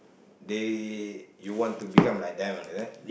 they you want to become like them ah is it